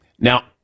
Now